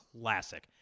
classic